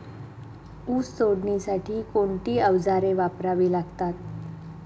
ऊस तोडणीसाठी कोणती अवजारे वापरावी लागतात?